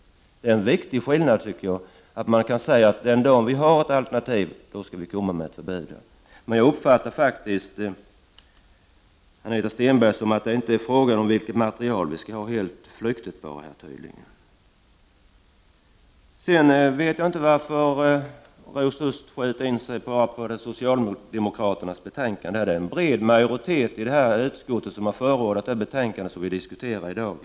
Det är en viktig skillnad att 79 man säger att den dag det finns ett alternativ skall ett förbud mot amalgam utfärdas. Men jag uppfattade Anita Stenberg på ett sådant sätt att det inte är fråga om vilket material som skall användas; det nämndes bara helt flyktigt. Jag vet inte varför Rosa Östh sköt in sig på endast socialdemokraterna. Det är nämligen en bred majoritet i utskottet som står bakom det betänkande som vi diskuterar i dag.